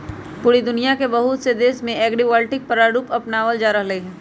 पूरा दुनिया के बहुत से देश में एग्रिवोल्टिक प्रारूप अपनावल जा रहले है